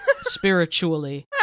spiritually